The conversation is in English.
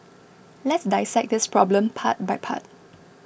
let's dissect this problem part by part